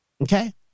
Okay